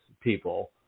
people